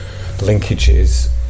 linkages